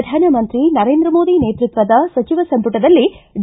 ಪ್ರಧಾನಮಂತ್ರಿ ನರೇಂದ್ರ ಮೋದಿ ನೇತೃತ್ವದ ಸಚಿವ ಸಂಪುಟದಲ್ಲಿ ಡಿ